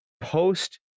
post-